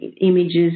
images